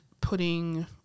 putting